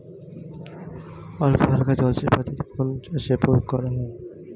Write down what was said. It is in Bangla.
অল্পহালকা জলসেচ পদ্ধতি কোন কোন চাষে প্রয়োগ করা হয়?